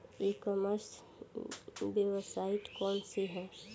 E commerce website कौन सी है?